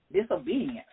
disobedience